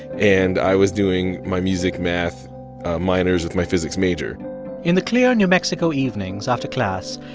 and i was doing my music, math minors with my physics major in the clear new mexico evenings after class,